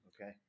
Okay